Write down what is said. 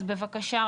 אז בבקשה,